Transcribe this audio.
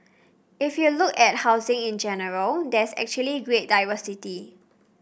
if you look at housing in general there's actually great diversity